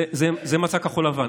זה מצע כחול לבן,